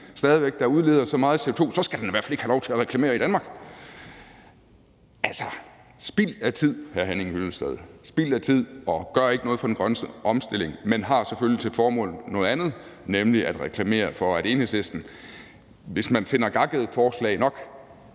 der udleder så meget CO2? Så skal den i hvert fald ikke have lov til at reklamere i Danmark. Det er altså spild af tid, hr. Henning Hyllested. Det er spild af tid, og det gør ikke noget for den grønne omstilling, men det har selvfølgelig noget andet til formål, nemlig at reklamere for, at Enhedslisten, hvis man finder gakkede forslag nok,